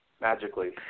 magically